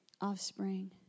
offspring